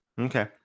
Okay